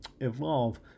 evolve